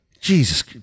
Jesus